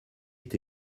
est